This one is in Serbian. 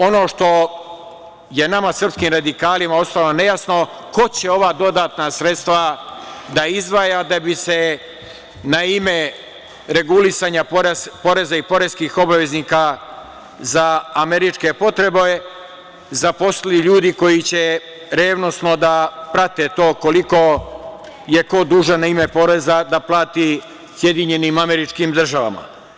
Ono što je nama srpskim radikalima ostalo nejasno, ko će ova dodatna sredstva da izdvaja da bi se na ime regulisanja poreza i poreskih obveznika za američke potrebe zaposlili ljudi koji će revnosno da prate to koliko je ko dužan na ime poreza da plati SAD.